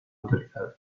autorizadas